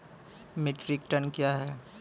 Metric ton कया हैं?